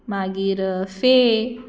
मागीर फे